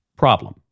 problem